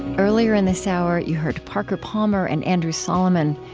earlier in this hour, you heard parker palmer and andrew solomon.